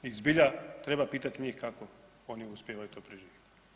I zbilja treba pitati njih kako oni uspijevaju to preživjet.